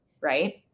right